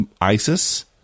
ISIS-